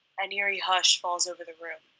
an eerie hush falls over the room.